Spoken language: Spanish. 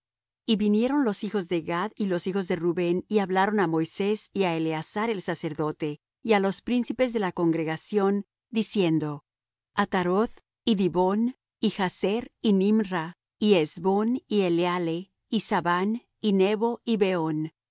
y vinieron los hijos de gad y los hijos de rubén y hablaron á moisés y á eleazar el sacerdote y á los príncipes de la congregación diciendo ataroth y dibón y jazer y nimra y hesbón y eleale y sabán y nebo y beón